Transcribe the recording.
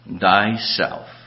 thyself